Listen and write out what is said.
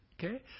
Okay